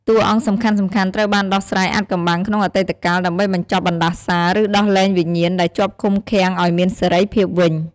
តួអង្គសំខាន់ៗត្រូវបានដោះស្រាយអាថ៌កំបាំងក្នុងអតីតកាល ដើម្បីបញ្ចប់បណ្ដាសា ឬដោះលែងវិញ្ញាណដែលជាប់ឃុំឃាំងអោយមានសេរីភាពវិញ ។